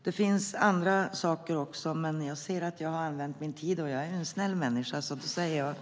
Det finns andra saker att tala om också, men jag ser att jag har använt min talartid. Eftersom jag är en snäll människa stannar jag där.